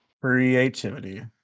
creativity